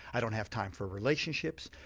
i don't have time for relationships.